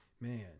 man